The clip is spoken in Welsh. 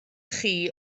chi